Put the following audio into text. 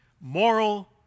moral